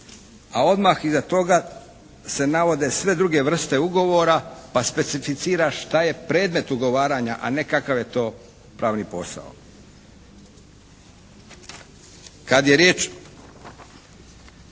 A odmah iza toga se navode sve druge vrste ugovora pa specificira šta je predmet ugovaranja, a ne kakav je to pravni posao. Kad je riječ